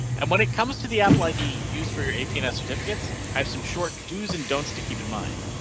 and when it comes to the apple id used for your hapiness certificates. i have some short do and don'ts to keep in mind.